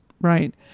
right